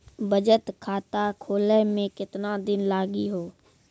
बचत खाता खोले मे केतना दिन लागि हो?